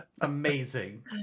Amazing